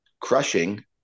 crushing